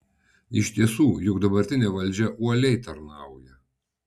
iš tiesų juk dabartinė valdžia uoliai tarnauja